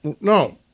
no